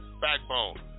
backbone